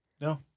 No